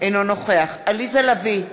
אינו נוכח עליזה לביא,